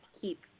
keep